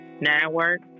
network